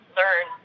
learn